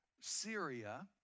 Syria